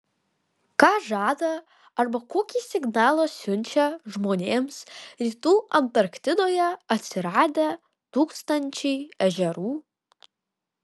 ką žada arba kokį signalą siunčia žmonėms rytų antarktidoje atsiradę tūkstančiai ežerų